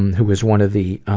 who was one of the